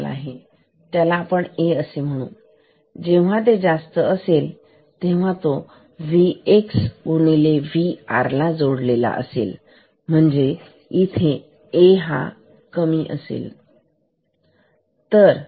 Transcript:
या सिग्नल ला आपण A असे म्हणू या जेव्हा जास्त असेल आणि तो VxVr ला जोडलेला असेल म्हणजे इथेA हा कमी आहे